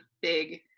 big